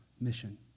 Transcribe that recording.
mission